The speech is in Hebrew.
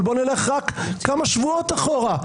אבל בואו נלך רק כמה שבועות אחורה.